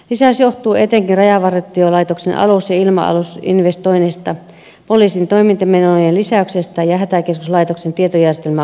lisäys johtuu etenkin rajavartiolaitoksen alus ja ilma alusinvestoinneista poliisin toimintamenojen lisäyksestä ja hätäkeskuslaitoksen tietojärjestelmäuudistuksesta